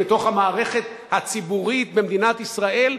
בתוך המערכת הציבורית במדינת ישראל,